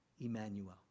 Emmanuel